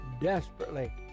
desperately